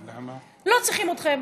לא צריכים אתכם,